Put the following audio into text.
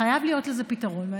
חייב להיות לזה פתרון.